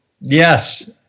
Yes